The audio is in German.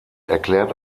erklärt